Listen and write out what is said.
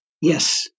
Yes